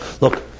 Look